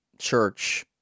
church